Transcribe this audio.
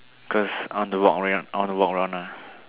because I want to walk away I want walk around lah